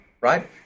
Right